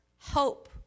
hope